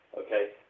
okay